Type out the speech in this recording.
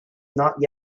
not